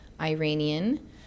Iranian